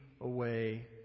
away